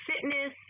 fitness